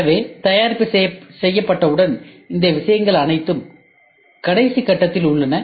எனவே தயாரிப்பு செய்யப்பட்டவுடன் இந்த விஷயங்கள் அனைத்தும் கடைசி கட்டத்தில் உள்ளன